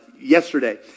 yesterday